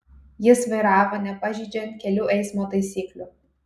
jis vairavo nepažeidžiant kelių eismo taisyklių